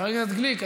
חבר הכנסת גליק,